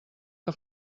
que